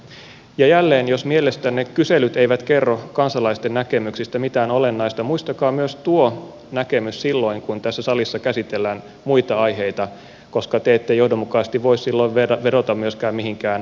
ja jälleen jos mielestänne kyselyt eivät kerro kansalaisten näkemyksistä mitään olennaista muistakaa myös tuo näkemys silloin kun tässä salissa käsitellään muita aiheita koska te ette johdonmukaisesti voi silloin vedota myöskään mihinkään mielipidekyselyihin